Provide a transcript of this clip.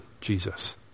Jesus